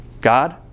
God